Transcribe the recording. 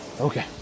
okay